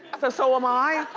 so so am i.